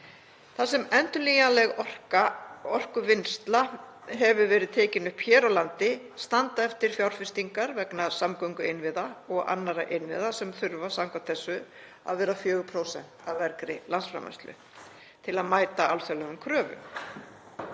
Þar sem endurnýjanleg orkuvinnsla hefur verið tekin upp hér á landi standa eftir fjárfestingar vegna samgönguinnviða og annarra innviða sem þurfa samkvæmt þessu að vera 4,0% af vergri landsframleiðslu til að mæta alþjóðlegum kröfum.